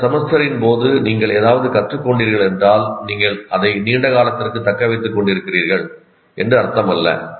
அந்த செமஸ்டரின் போது நீங்கள் ஏதாவது கற்றுக் கொண்டீர்கள் என்றால் நீங்கள் அதை நீண்ட காலத்திற்கு தக்க வைத்துக் கொண்டிருக்கிறீர்கள் என்று அர்த்தமல்ல